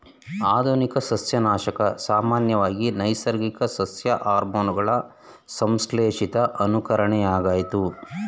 ಆಧುನಿಕ ಸಸ್ಯನಾಶಕ ಸಾಮಾನ್ಯವಾಗಿ ನೈಸರ್ಗಿಕ ಸಸ್ಯ ಹಾರ್ಮೋನುಗಳ ಸಂಶ್ಲೇಷಿತ ಅನುಕರಣೆಯಾಗಯ್ತೆ